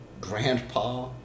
Grandpa